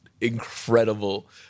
incredible